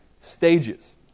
stages